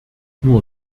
nur